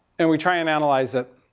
and we try and analyze it,